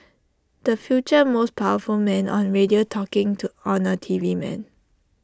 the future most powerful man on radio talking on A T V man